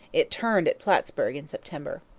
it turned at plattsburg in september.